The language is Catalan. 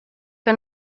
que